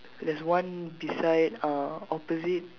there's one beside uh opposite